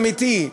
אמיתי,